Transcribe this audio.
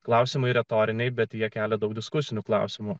klausimai retoriniai bet jie kelia daug diskusinių klausimų